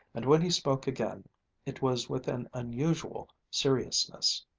and when he spoke again it was with an unusual seriousness.